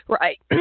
Right